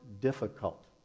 difficult